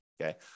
okay